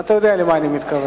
אתה יודע למה אני מתכוון.